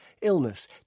illness